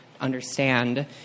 understand